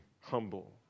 humble